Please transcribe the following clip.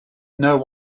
know